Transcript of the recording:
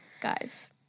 Guys